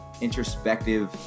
introspective